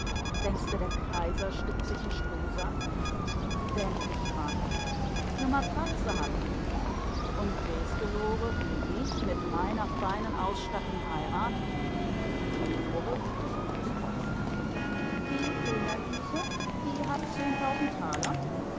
denkste der kaiser stuppt sich n strohsack denkt nich dran ne madratze hat a und weeßte lore wen ich mit meiner feinen ausstattung heirat lore wiegte kokett den kopf die hillner liese die hat zehntausend taler